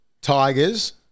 Tigers